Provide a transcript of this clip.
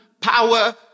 power